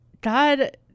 God